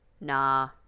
Nah